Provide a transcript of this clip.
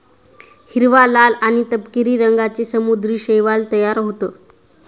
हिरवा, लाल आणि तपकिरी रंगांचे समुद्री शैवाल तयार होतं